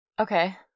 okay